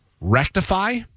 Rectify